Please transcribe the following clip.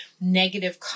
negative